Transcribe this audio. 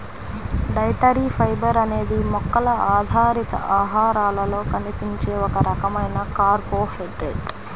dietary fibre అనేది మొక్కల ఆధారిత ఆహారాలలో కనిపించే ఒక రకమైన కార్బోహైడ్రేట్